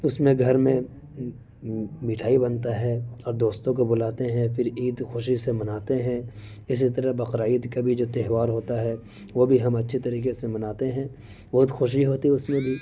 اس میں گھر میں مٹھائی بنتا ہے اور دوستوں کو بلاتے ہیں پھر عید خوشی سے مناتے ہیں اسی طرح بقرعید کا جو تہوار ہوتا ہے وہ بھی ہم اچھی طریقے سے مناتے ہیں بہت خوشی ہوتی ہے اس میں بھی